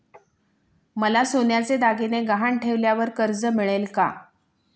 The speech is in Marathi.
मला सोन्याचे दागिने गहाण ठेवल्यावर कर्ज मिळेल का?